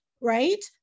right